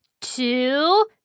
two